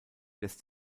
lässt